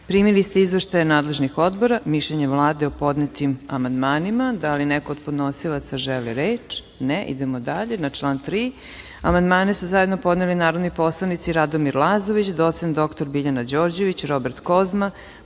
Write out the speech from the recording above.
ste izveštaje nadležnih odbora i mišljenje Vlade o podnetim amandmanima. Da li neko od podnosilaca želi reč? (Ne.)Na član 3. amandmane su zajedno podneli narodni poslanici Radomir Lazović, docent dr Biljana Đorđević, Robert Kozma,